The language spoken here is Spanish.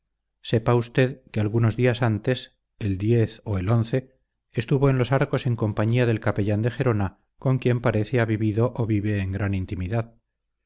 sepa usted que algunos días antes el o el estuvo en los arcos en compañía del capellán de gerona con quien parece ha vivido o vive en gran intimidad